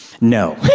No